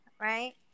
right